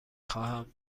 خواهم